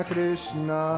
Krishna